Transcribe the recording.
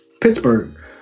Pittsburgh